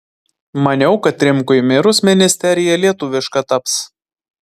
maniau kad rimkui mirus ministerija lietuviška taps